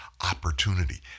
opportunity